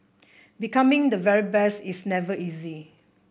becoming the very best is never easy